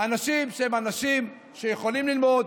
אנשים שיכולים ללמוד,